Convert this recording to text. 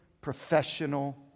professional